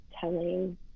telling